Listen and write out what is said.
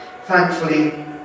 Thankfully